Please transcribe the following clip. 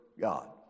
God